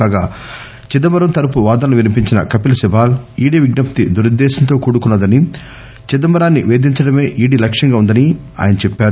కాగా చిదంబరం తరపు వాదనలు వినిపించిన కపిల్ సిబల్ ఈడి విజ్పప్తి దురుద్లేశంతో కూడుకున్న దని చిదంబరాన్ని పేదించడమే ఈడి లక్యంగా వుందని ఆయన చెప్పారు